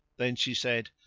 then she said,